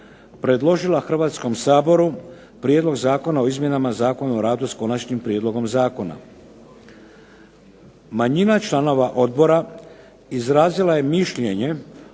predložila Hrvatskom saboru Prijedlog zakona o izmjenama Zakona o radu s Konačnim prijedlogom zakona. Manjina članova odbora izrazila je mišljenje